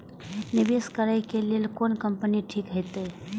निवेश करे के लेल कोन कंपनी ठीक होते?